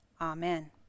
Amen